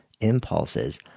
impulses